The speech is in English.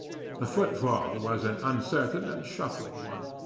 the footfall was an uncertain and shuffling one.